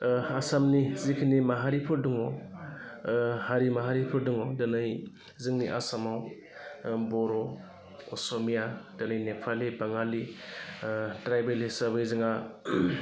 आसामनि जिखिनि माहारिफोर दङ हारि माहारिफोर दङ दिनै जोंनि आसामाव बर' असमिया दिनै नेपालि बाङालि ट्राइबेल हिसाबै जोंहा